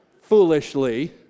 foolishly